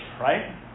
right